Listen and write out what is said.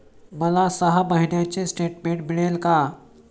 मला सहा महिन्यांचे स्टेटमेंट मिळेल का?